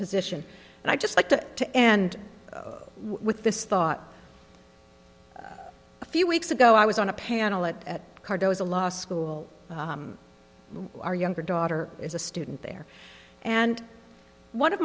position and i'd just like to to end with this thought a few weeks ago i was on a panel at cardoza law school our younger daughter is a student there and one of